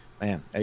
man